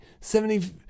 seventy